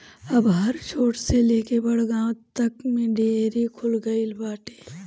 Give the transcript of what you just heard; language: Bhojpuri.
अब हर छोट से लेके बड़ गांव तक में डेयरी खुल गईल बाटे